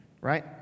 Right